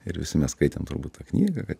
ir visi mes skaitėm turbūt tą knygą kad